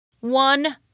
One